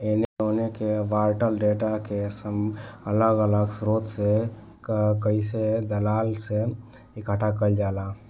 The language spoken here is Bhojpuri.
एने ओने के बॉटल डेटा के अलग अलग स्रोत से जइसे दलाल से इकठ्ठा कईल जाला